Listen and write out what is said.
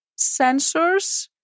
sensors